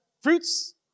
fruits